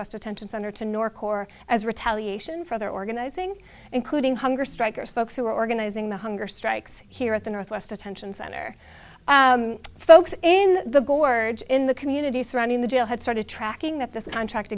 west attention center to nor core as retaliation for their organizing including hunger strikers folks who are organizing the hunger strikes here at the northwest detention center folks in the gorge in the community surrounding the jail had started tracking that this contract